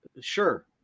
sure